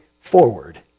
forward